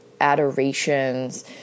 adorations